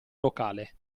locale